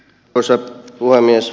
arvoisa puhemies